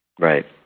Right